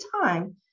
time